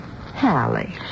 Hallie